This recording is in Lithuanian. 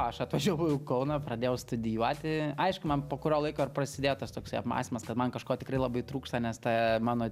aš atvažiavau į kauną pradėjau studijuoti aišku man po kurio laiko ir prasidėjo tas toksai apmąstymas kad man kažko tikrai labai trūksta nes ta mano